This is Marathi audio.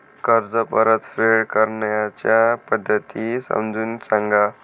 कर्ज परतफेड करण्याच्या पद्धती समजून सांगा